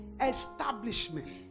establishment